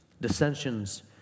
dissensions